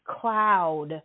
cloud